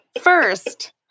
First